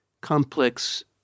complex